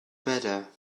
better